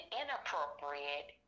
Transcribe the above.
inappropriate